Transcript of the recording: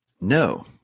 No